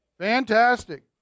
Fantastic